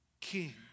King